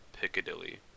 Piccadilly